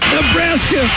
Nebraska